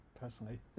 personally